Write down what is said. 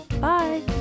Bye